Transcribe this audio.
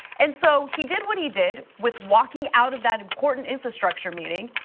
and so, he did what he did with walking out of that important infrastructure meeting.